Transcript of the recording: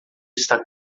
está